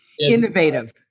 innovative